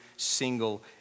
single